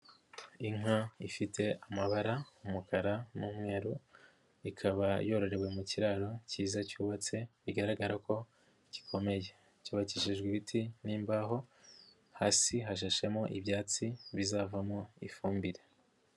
Inka ifite amabara umukara n'umweru ikaba yororewe mu kiraro kiza cyubatse bigaragara ko gikomeye, cyubakishijwe ibiti n'imbaho hasi hashashemo ibyatsi bizavamo ifumbire.